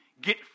get